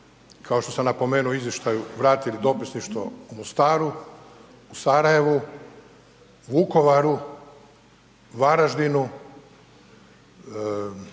kao što sam napomenuo u izvještaju, vratili dopisništvo u Mostaru, u Sarajevu, Vukovaru, Varaždinu,